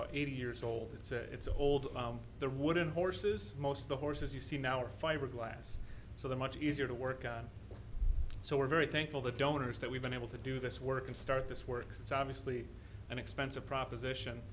eighty years old it's a it's old the wooden horses most of the horses you see now are fiberglass so the much easier to work on so we're very thankful the donors that we've been able to do this work and start this works it's obviously an expensive proposition